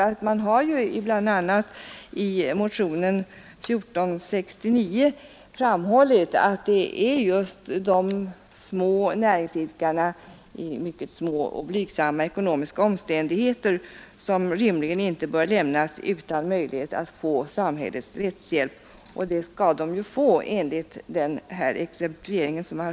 a. i motionen 1469 har det nämligen framhållits att just de små näringsidkarna i mycket små och blygsamma ekonomiska omständigheter rimligen inte bör lämnas utan möjlighet att få samhällets rättshjälp. Och det skall de få, enligt den exemplifiering som gjorts.